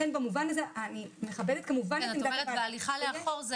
אני כמובן מכבדת את